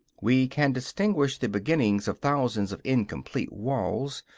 we can distinguish the beginnings of thousands of incomplete walls.